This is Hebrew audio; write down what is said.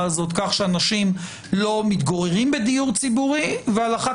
הזאת כך שאנשים לא מתגוררים בדיור ציבורי ועל אחת